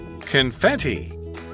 Confetti